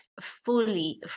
fully